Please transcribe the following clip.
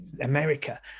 America